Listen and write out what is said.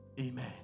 amen